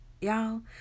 y'all